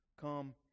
come